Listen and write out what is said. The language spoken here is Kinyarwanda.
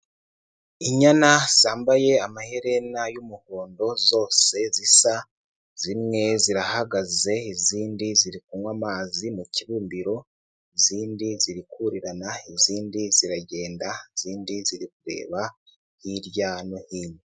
Inyana zambaye amaherena y'umuhondo zose zisa, zimwe zirahagaze, izindi ziri kunywa amazi mu kibumbiro, izindi zirikurirana, izindi ziragenda, izindi ziri kureba hirya no hino.